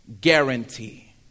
guarantee